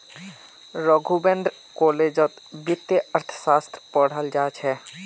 राघवेंद्र कॉलेजत वित्तीय अर्थशास्त्र पढ़ाल जा छ